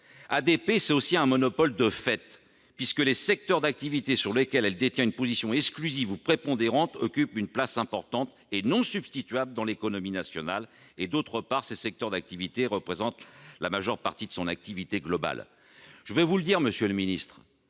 ADP, c'est aussi un monopole de fait, puisque les secteurs d'activité sur lesquels la société détient une position exclusive ou prépondérante, occupent une place importante et non substituable dans l'économie nationale. De plus, ces secteurs d'activité représentent la majeure partie de son activité globale. Je vais vous le dire, monsieur le ministre,